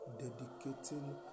dedicating